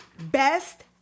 best